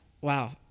wow